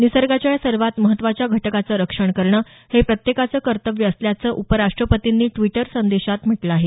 निसर्गाच्या या सर्वात महत्त्वाच्या घटकाचं रक्षण करणं हे प्रत्येकाचं कर्तव्य असल्याचं उपराष्ट्रपतींनी ट्विटर संदेशात म्हटलं आहे